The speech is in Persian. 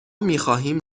میخواهیم